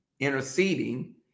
Interceding